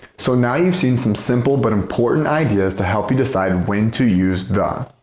so now you've seen some simple but important ideas to help you decide and when to use the.